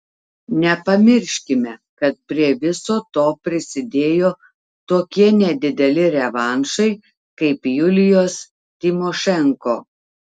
nepamirškime kad prie viso to prisidėjo tokie nedideli revanšai kaip julijos tymošenko